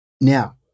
Now